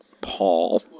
Paul